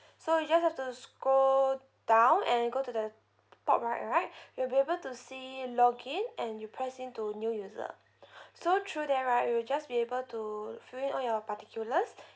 so you just have to scroll down and go to the top right right you'll be able to see login and you press into new user so through there right you'll just be able to fill in all your particulars